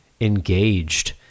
engaged